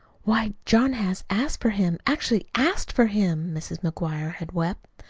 why, john has asked for him, actually asked for him, mrs. mcguire had wept.